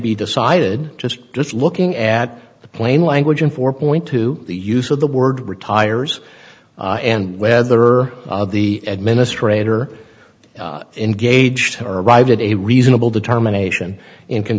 be decided just just looking at the plain language in four point two the use of the word retires and whether the administrator engaged arrived at a reasonable determination in co